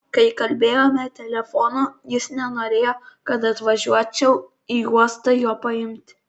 kai kalbėjome telefonu jis nenorėjo kad atvažiuočiau į uostą jo paimti